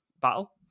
battle